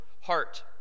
heart